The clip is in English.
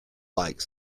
like